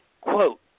quote